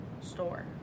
store